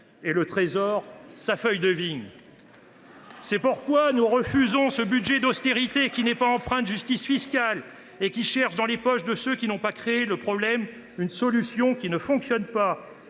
le Trésor pour feuille de vigne. Bravo ! C’est pourquoi nous refusons ce budget d’austérité. Il n’est pas empreint de justice fiscale et il cherche, dans les poches de ceux qui n’ont pas créé le problème, une solution qui ne fonctionne pas.